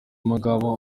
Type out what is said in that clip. mugabo